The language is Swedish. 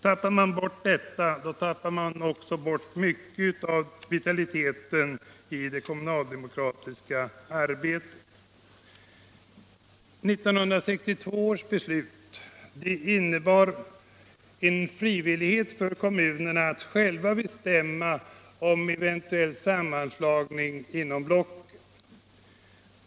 Tappar man bort detta tappar man också bort mycket av vitaliteten i det kommunaldemokratiska arbetet. 1962 års beslut innebar en frivillighet och möjlighet för kommunerna att själva bestämma om eventuell sammanslagning inom blocken.